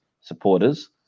supporters